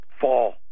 fall